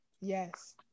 yes